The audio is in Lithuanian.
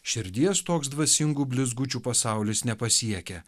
širdies toks dvasingų blizgučių pasaulis nepasiekia